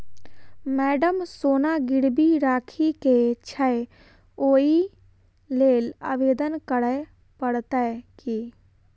Madam सोना गिरबी राखि केँ छैय ओई लेल आवेदन करै परतै की?